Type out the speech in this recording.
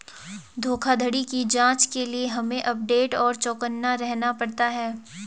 धोखाधड़ी की जांच के लिए हमे अपडेट और चौकन्ना रहना पड़ता है